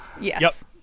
Yes